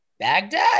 Baghdad